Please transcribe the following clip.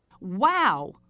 wow